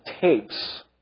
tapes